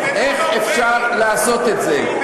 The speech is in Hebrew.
איך אפשר לעשות את זה?